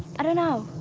i don't know,